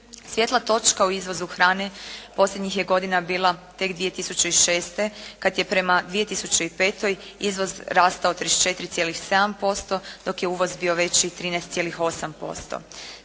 Svijetla točka u izvozu hrane posljednjih je godina bila tek 2006. kada je prema 2005. izvoz rastao 134,7% dok je uvoz bio veći 13,8%.